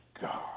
God